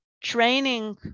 training